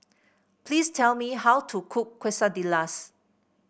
please tell me how to cook Quesadillas